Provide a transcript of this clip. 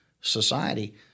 society